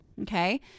Okay